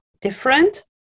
different